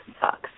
sucks